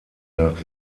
nach